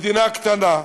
מדינה קטנה,